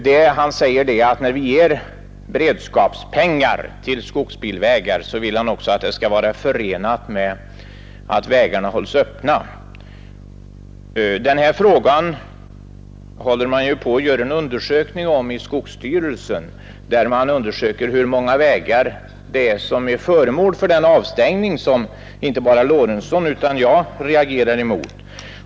Han framhåller där att statsbidrag till skogsbilvägar endast bör ges under förbehåll att vägarna hålls öppna för allmänheten. Skogsstyrelsen håller på att undersöka hur många vägar som är föremål för den avstängning som inte bara herr Lorentzon utan även jag reagerar mot.